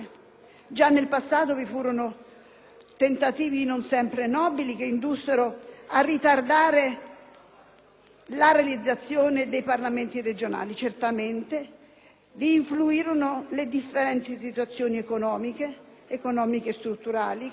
tentativi non sempre nobili che indussero a ritardare la realizzazione dei Parlamenti regionali. Certamente vi influirono le differenti situazioni economiche e strutturali che caratterizzano l'Italia, ma anche